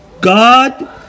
God